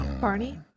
Barney